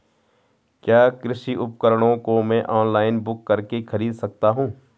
क्या कृषि उपकरणों को मैं ऑनलाइन बुक करके खरीद सकता हूँ?